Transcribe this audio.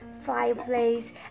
fireplace